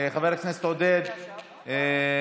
חברי הכנסת עודד, ינון,